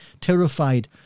terrified